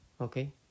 Okay